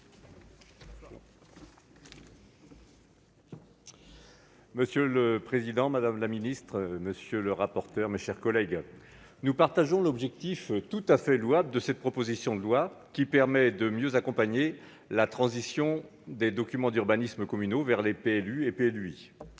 Monsieur le président, madame la ministre, mes chers collègues, nous partageons l'objectif tout à fait louable de cette proposition de loi, qui permet de mieux accompagner la transition des documents d'urbanisme communaux vers les PLU et PLUi.